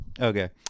Okay